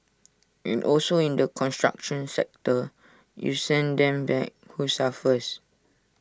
and also in the construction sector you send them back who suffers